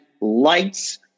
lights